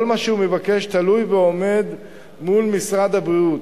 כל מה שהוא מבקש תלוי ועומד מול משרד הבריאות.